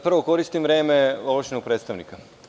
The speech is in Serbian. Prvo koristim vreme ovlašćenog predstavnika.